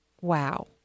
Wow